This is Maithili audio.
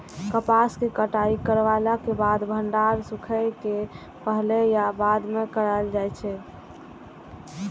कपास के कटाई करला के बाद भंडारण सुखेला के पहले या बाद में कायल जाय छै?